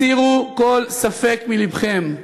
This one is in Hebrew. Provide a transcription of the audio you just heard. הסירו כל ספק מלבכם: